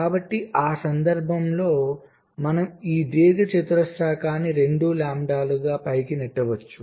కాబట్టి ఆ సందర్భంలో మనం ఈ దీర్ఘచతురస్రాన్ని 2 లాంబ్డా లాగా పైకి నెట్టవచ్చు